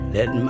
Let